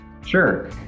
Sure